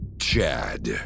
chad